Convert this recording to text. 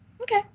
okay